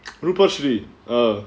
ruparthri ah